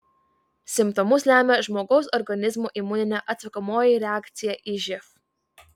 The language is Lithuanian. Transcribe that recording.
simptomus lemia žmogaus organizmo imuninė atsakomoji reakcija į živ